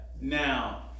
Now